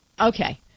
Okay